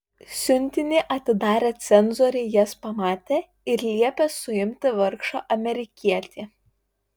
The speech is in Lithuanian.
siuntinį atidarę cenzoriai jas pamatė ir liepė suimti vargšą amerikietį